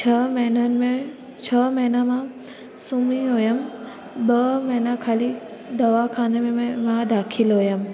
छह महीननि में छह महीना मां सुम्ही हुयमि ॿ महीना ख़ाली दवाखाने में मां दाखिल हुयमि